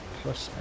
plus